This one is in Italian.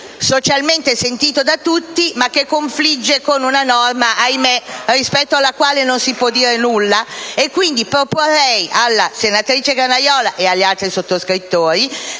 socialmente sentito da tutti, ma che confligge con una norma rispetto alla quale - ahimè - non si può dire nulla. Quindi, propongo alla senatrice Granaiola, e agli altri sottoscrittori